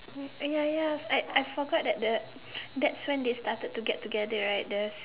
ya ya I I forgot that the that's when they started to get together right the